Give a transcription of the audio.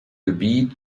gebiet